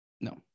No